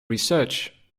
research